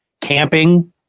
camping